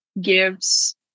gives